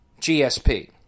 GSP